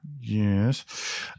Yes